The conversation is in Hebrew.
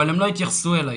אבל הם לא התייחסו אלי.